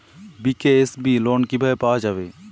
BKSB loan কিভাবে পাওয়া যাবে?